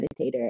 meditator